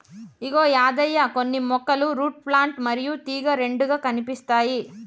ఇగో యాదయ్య కొన్ని మొక్కలు root plant మరియు తీగ రెండుగా కనిపిస్తాయి